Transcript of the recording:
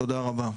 תודה רבה.